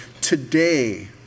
Today